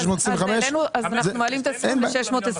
625,000. אז אנחנו מעלים את הסכום ל-625,000.